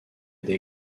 été